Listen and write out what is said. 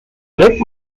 lick